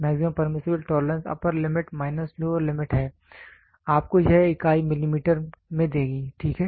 maximum permissible tolerance upper limit minus lower limit है आपको यह इकाई मिलीमीटर में देगी ठीक है